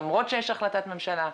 למרות שיש החלטת ממשלה,